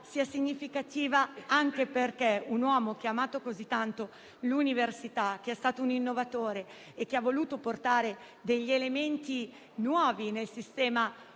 sia significativa, perché un uomo che ha amato così tanto l'università, che è stato un innovatore e che ha voluto portare degli elementi nuovi nel sistema